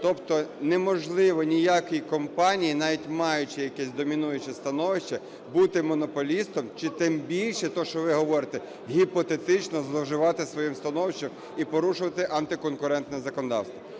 тобто неможливо, ніякі компанії, навіть маючи якесь домінуюче становище, бути монополістом чи, тим більше, те, що ви говорите, гіпотетично зловживати своїм становищем і порушувати антиконкурентне законодавство.